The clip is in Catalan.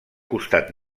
costat